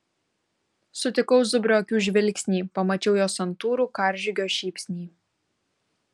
sutikau zubrio akių žvilgsnį pamačiau jo santūrų karžygio šypsnį